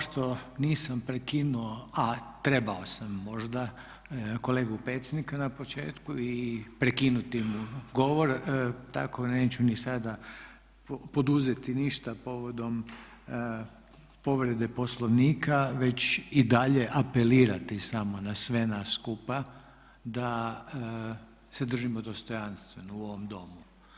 Kao što nisam prekinuo a trebao sam možda kolegu Pecnika na početku i prekinuti mu govor, tako neću ni sada poduzeti ništa povodom povrede Poslovnika već i dalje apelirati samo na sve nas skupa da se držimo dostojanstveno u ovom Domu.